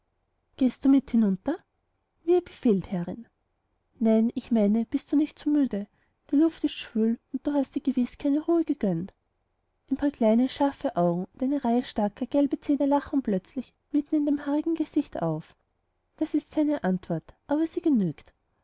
gehst du mit hinunter wie ihr befehlt herrin nein ich meine bist du nicht zu müde die luft ist schwül und du hast dir gewiß keine ruhe gegönnt ein paar kleine scharfe augen und eine starke reihe gelber zähne lachen plötzlich mitten im haarigen gesicht auf dies ist seine ganze antwort aber sie genügt